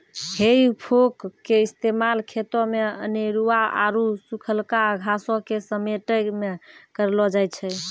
हेइ फोक के इस्तेमाल खेतो मे अनेरुआ आरु सुखलका घासो के समेटै मे करलो जाय छै